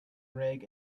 rig